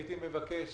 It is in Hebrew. הייתי מבקש